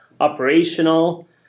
operational